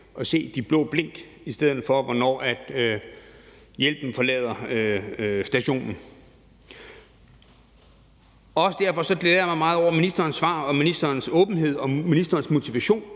at se de blå blink, i stedet for hvornår hjælpen forlader stationen. Også derfor glæder jeg mig meget over ministerens svar, åbenhed og motivation